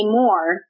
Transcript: more